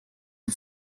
the